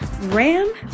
RAM